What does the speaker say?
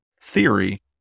theory